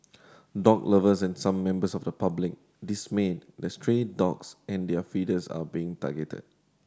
dog lovers and some members of the public dismayed that stray dogs and their feeders are being targeted